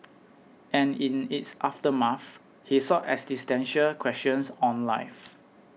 and in its aftermath he sought existential questions on life